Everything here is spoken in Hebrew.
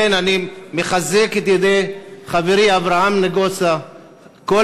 לכן אני מחזק את ידי חברי אברהם נגוסה וידי כל